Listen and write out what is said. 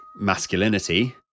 masculinity